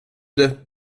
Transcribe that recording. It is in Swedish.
det